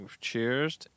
Cheers